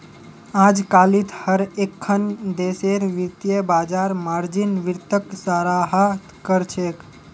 अजकालित हर एकखन देशेर वित्तीय बाजार मार्जिन वित्तक सराहा कर छेक